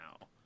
now